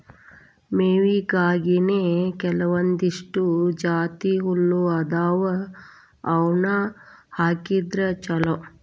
ಮೇವಿಗಾಗಿನೇ ಕೆಲವಂದಿಷ್ಟು ಜಾತಿಹುಲ್ಲ ಅದಾವ ಅವ್ನಾ ಹಾಕಿದ್ರ ಚಲೋ